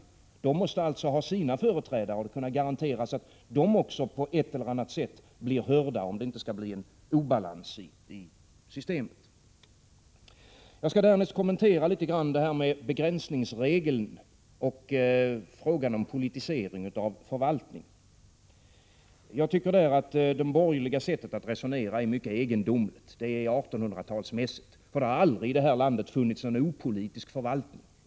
De måste alltså ha sina företrädare och kunna garanteras att också de på ett eller annat sätt blir hörda om det inte skall bli en obalans i systemet. Därefter skall jag något kommentera begränsningsregeln och frågan om politiseringen av förvaltningen. Jag tycker att det borgerliga sättet att resonera här är mycket egendomligt. Det är 1800-talsmässigt. I det här landet har det aldrig funnits en opolitisk förvaltning.